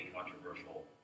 controversial